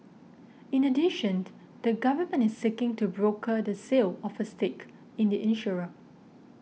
in addition the government is seeking to broker the sale of a stake in the insurer